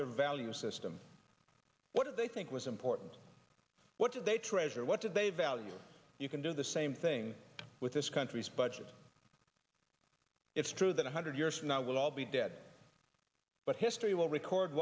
their value system what did they think was important what did they treasure what did they value you can do the same thing with this country's budget it's true that one hundred years from now we'll all be dead but history will record